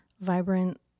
Vibrant